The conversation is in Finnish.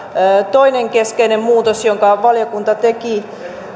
toinen keskeinen muutos jonka valiokunta teki